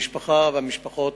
המשפחה והמשפחות,